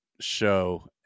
show